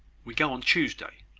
we go on tuesday.